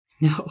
No